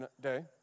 day